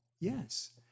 Yes